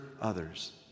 others